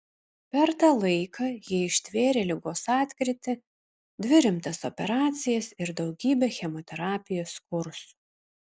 per tą laiką ji ištvėrė ligos atkrytį dvi rimtas operacijas ir daugybę chemoterapijos kursų